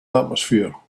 atmosphere